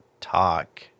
talk